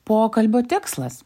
pokalbio tikslas